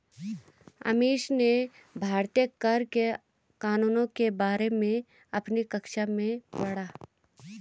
अमीश ने भारतीय कर के कानूनों के बारे में अपनी कक्षा में पढ़ा